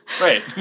Right